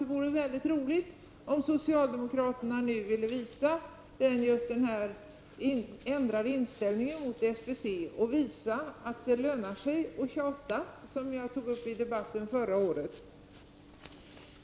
Det vore mycket roligt om socialdemokraterna nu vill visa sin ändrade inställning till SBC. Det lönar sig att tjata, vilket jag sade i debatten förra året.